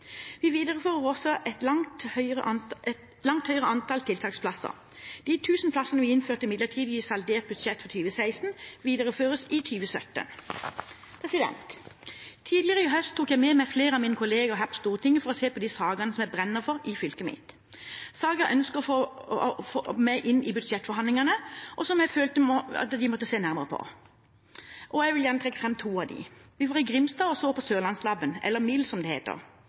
Vi viderefører også et langt høyere antall tiltaksplasser. De 1 000 plassene vi innførte midlertidig i saldert budsjett for 2016, videreføres i 2017. Tidligere i høst tok jeg med meg flere av mine kollegaer her på Stortinget for å se på de sakene som jeg brenner for i fylket mitt, saker jeg ønsket å få med inn i budsjettforhandlingene, og som jeg følte at de måtte se nærmere på. Jeg vil gjerne trekke fram to av dem. Vi var i Grimstad og så på Sørlandslaben, eller MIL, som det